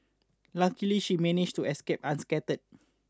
luckily she managed to escape unscathed